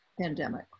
pandemic